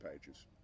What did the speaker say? Pages